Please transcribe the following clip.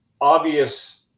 obvious